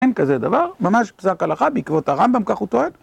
אין כזה דבר. ממש פסק הלכה בעקבות הרמב״ם, כך הוא טוען.